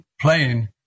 playing